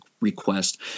request